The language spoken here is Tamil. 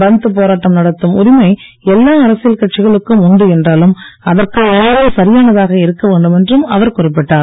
பந்த் போராட்டம் நடத்தும் உரிமை எல்லா அரசியல் கட்சிகளுக்கும் உண்டு என்றாலும் அதற்கான நேரம் சரியானதாக இருக்க வேண்டும் என்றும் அவர் குறிப்பிட்டார்